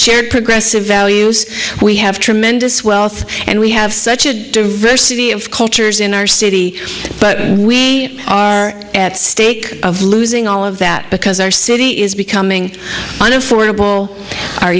shared progressive values we have tremendous wealth and we have such a diversity of cultures in our city but we are at stake of losing all of that because our city is becoming